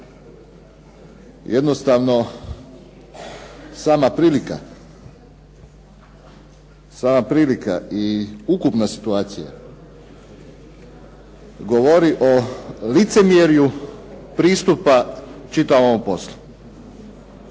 jednostavno sama prilika i ukupna situacija govori o licemjerju pristupa čitavom ovom